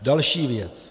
Další věc.